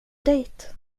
dejt